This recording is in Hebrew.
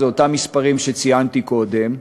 זה אותם מספרים שציינתי קודם.